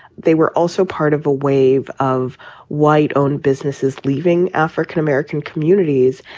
they were also part of a wave of white owned businesses leaving african-american communities.